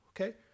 Okay